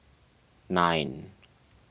nine